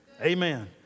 Amen